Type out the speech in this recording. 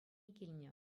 килнӗ